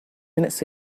minutes